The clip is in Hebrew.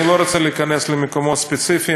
אני לא רוצה להיכנס למקומות ספציפיים,